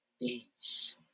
days